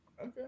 Okay